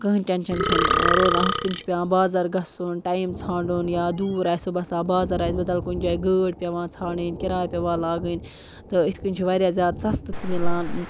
کٕہۭنۍ ٹٮ۪نشَن چھَنہٕ روزان ہُتھ کَنۍ چھِ پٮ۪وان بازَر گَژھُن ٹایِم ژھانٛڈُن یا دوٗر آسِوٕ بسان بازَر آسہِ بدل کُنہِ جایہِ گٲڑۍ پٮ۪وان ژھانٛڈٕنۍ کِرایہِ پٮ۪وان لاگٕنۍ تہٕ یِتھ کَنۍ چھِ واریاہ زیادٕ سَستہٕ تہِ میلان